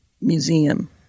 Museum